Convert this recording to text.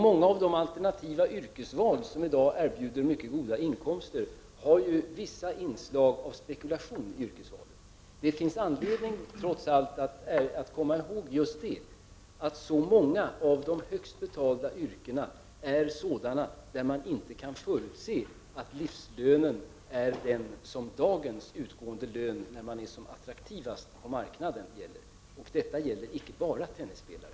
Många av de alternativa yrken som i dag erbjuder mycket goda inkomster har vissa inslag av spekulation. Det finns trots allt anledning att komma ihåg att många av de högst betalda yrkena är sådana att man inte kan förutsätta att livslönen blir densamma som dagens ingångslön som man får när man är som mest attraktiv på marknaden. Det gäller icke bara tennisspelare.